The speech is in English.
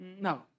No